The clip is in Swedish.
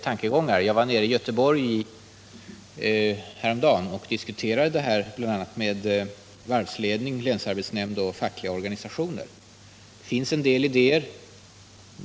Jag var nere i Göteborg härom dagen och diskuterade den här frågan med bl.a. varvsledning, länsarbetsnämnd och fackliga organisationer. Det finns en del idéer.